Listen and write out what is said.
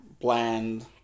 bland